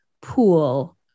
pool